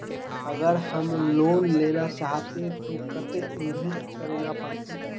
अगर हम लोन लेना चाहते तो केते इंवेस्ट करेला पड़ते?